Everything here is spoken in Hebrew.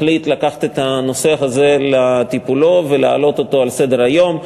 החליט לקחת את הנושא הזה לטיפולו ולהעלות אותו על סדר-היום.